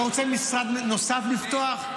אתה רוצה משרד נוסף לפתוח?